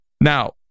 Now